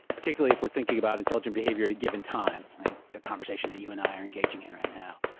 particularly if we're thinking about intelligent behaviour at a given time, like the conversation that you and i are engaging in right now.